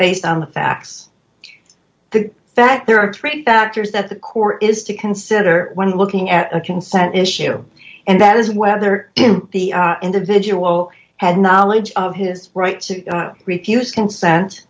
based on the facts the fact there are three factors that the core is to consider when looking at a concert issue and that is whether the individual had knowledge of his right to refuse consent